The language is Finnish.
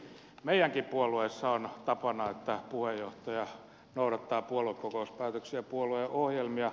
meidänkin puolueessamme on tapana että puheenjohtaja noudattaa puoluekokouspäätöksiä puolueohjelmia